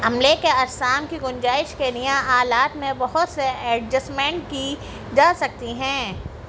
عملے کے اجسام کی گنجائش کے لیے آلات میں بہت سے ایڈجسمنٹ کی جا سکتی ہیں